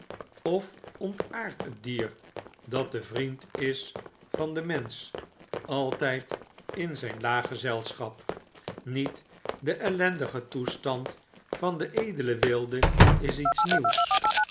of ontaardt het dier dat de vriend is van den mensch altp in zijn laag gezelschap niet de ellendige toestand van den edelen wilde is iets nieuws